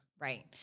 Right